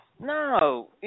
No